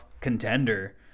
contender